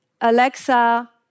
Alexa